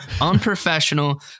unprofessional